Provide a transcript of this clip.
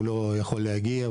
הוא לא יכול להגיע,